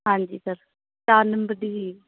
ਹਾਂਜੀ ਸਰ ਚਾਰ ਨੰਬਰ ਦੀ ਹੀ